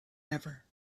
ever